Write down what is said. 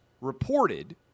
reported